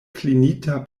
klinita